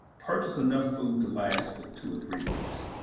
purchase enough food to last for two or three weeks.